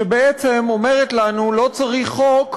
שבעצם אומרת לנו: לא צריך חוק,